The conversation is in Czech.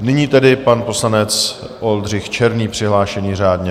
Nyní tedy pan poslanec Oldřich Černý, přihlášený řádně.